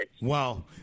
Wow